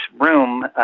room